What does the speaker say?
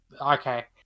Okay